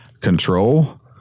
control